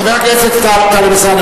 חבר הכנסת טלב אלסאנע,